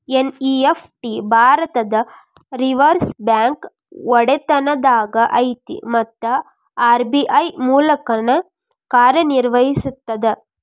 NEFT ಭಾರತದ್ reserve bank ಒಡೆತನದಾಗ ಐತಿ ಮತ್ತ ಆರ್.ಬಿ.ಐ ಮೂಲಕನ ಕಾರ್ಯನಿರ್ವಹಿಸ್ತದ